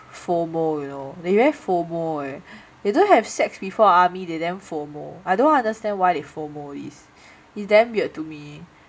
FOMO you know they very FOMO eh they don't have sex before army they damn FOMO I don't understand why they FOMO it's damn weird to me